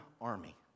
army